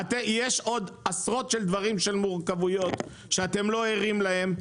יש עוד עשרות מורכבויות שאתם לא ערים להן,